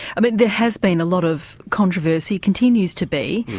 but there has been a lot of controversy, continues to be,